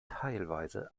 teilweise